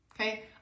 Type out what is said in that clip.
okay